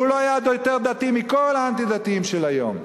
והוא לא היה יותר דתי מכל האנטי-דתיים של היום,